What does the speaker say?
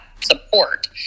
support